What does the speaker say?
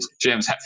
James